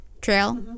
Trail